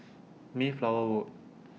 Mayflower Road